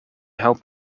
helped